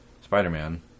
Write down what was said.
Spider-Man